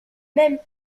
même